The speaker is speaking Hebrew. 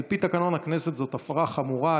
על פי תקנון הכנסת, זו הפרה חמורה.